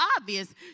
obvious